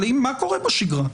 מה קורה בשגרה?